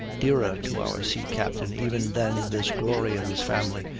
dearer to our sea-captain even than this glory of his family,